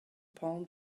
palm